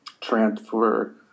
transfer